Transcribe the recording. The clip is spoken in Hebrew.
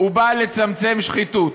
בא לצמצם שחיתות.